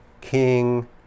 king